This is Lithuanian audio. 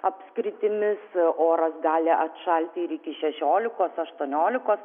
apskritimis oras gali atšalti ir iki šešiolikos aštuoniolikos